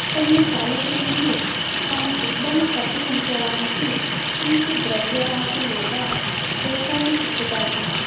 కొన్ని సాలెపురుగులు తమ గుడ్లను కప్పి ఉంచడానికి పీచు ద్రవ్యరాశి లేదా కోకన్ను తిప్పుతాయి